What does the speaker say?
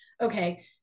okay